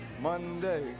Monday